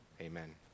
Amen